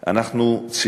אנחנו צריכים